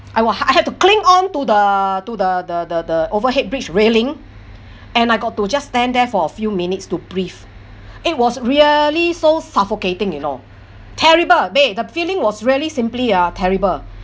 I will I I had to cling on to the to the the the the overhead bridge railing and I got to just stand there for a few minutes to breathe it was really so suffocating you know terrible beh the feeling was really simply uh terrible